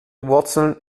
wurzeln